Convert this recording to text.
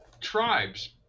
tribes